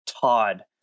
Todd